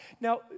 Now